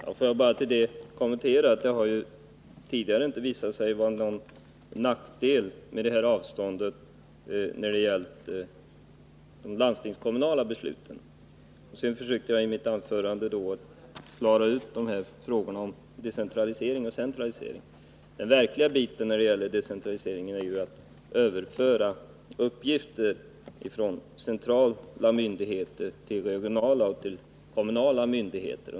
Herr talman! Jag vill bara göra följande kommentar till Nils Berndtsons inlägg. När det gäller de landstingskommunala besluten har det tidigare inte visat sig vara någon nackdel med detta avstånd mellan allmänhet och besvärsinstans. Jag försökte i mitt anförande klara ut frågorna om decentralisering och centralisering. Det verkligt viktiga vid decentralisering är att överföra uppgifter från centrala myndigheter till regionala och kommunala sådana.